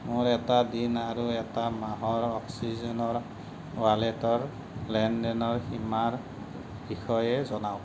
মোৰ এটা দিন আৰু এটা মাহৰ অক্সিজেনৰ ৱালেটৰ লেনদেনৰ সীমাৰ বিষয়ে জনাওক